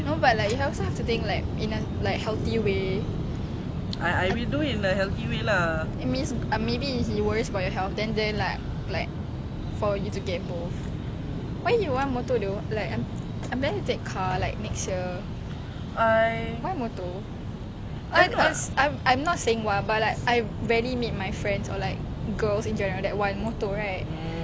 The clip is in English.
I am not saying why but like I rarely meet my friends or like girls in general that want motor right ya most of them nak kereta I mean like ya oh sorry I don't know [what] I mean I don't understand like